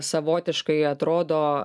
savotiškai atrodo